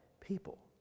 people